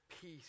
peace